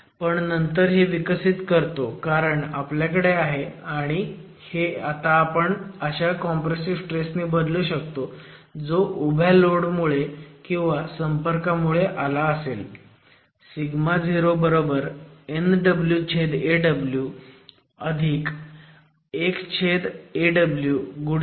पण नंतर हे विकसित करतो कारण आपल्याकडे आहे आणि हे आता आपण अशा कॉम्प्रेसिव्ह स्ट्रेस नी बदलू शकतो जो उभ्या लोडमुळे किंवा संपर्कामुळे आला असेल